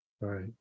Right